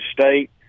State